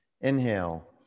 inhale